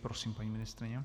Prosím, paní ministryně.